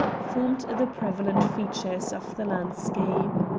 formed the prevalent features of the landscape.